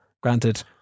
Granted